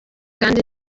kandi